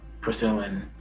pursuing